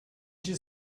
she